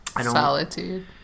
Solitude